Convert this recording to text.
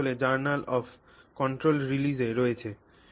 এটি আসলে journal of controlled রিলিজে রয়েছে